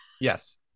Yes